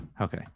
Okay